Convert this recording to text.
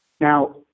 Now